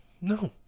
No